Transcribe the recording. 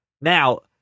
Now